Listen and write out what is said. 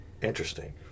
interesting